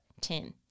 Ten